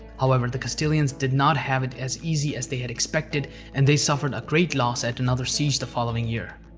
however, the castilians did not have it as easy as they had expected and they suffered a great loss at another siege the following year.